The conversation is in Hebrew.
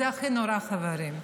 וזה הכי נורא, חברים.